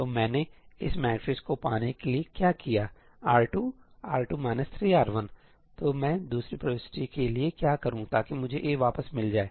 तो मैंने इस मैट्रिक्स को पाने के लिए क्या किया 'R2 ← R2 3R1'तो मैं दूसरी प्रविष्टि के लिए क्या करूं ताकि मुझे A वापस मिल जाए